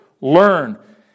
learn